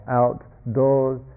outdoors